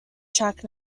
track